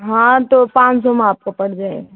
हाँ तो पाँच सौ में आपका पड़ जाएगा